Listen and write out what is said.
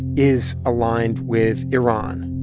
is aligned with iran,